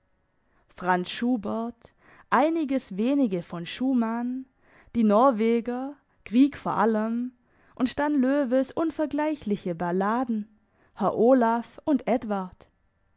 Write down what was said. franz schubert einiges wenige von schumann die norweger grieg vor allem und dann löwes unvergleichliche balladen herr olaf und edward